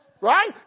Right